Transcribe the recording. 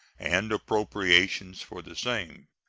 and appropriations for the same.